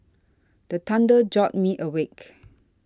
the thunder jolt me awake